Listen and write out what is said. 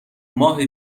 ماه